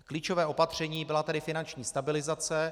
Klíčové opatření byla tedy finanční stabilizace.